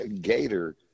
Gator